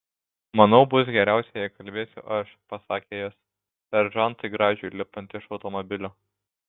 manau bus geriausia jei kalbėsiu aš pasakė jis seržantui gražiui lipant iš automobilio